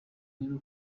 rero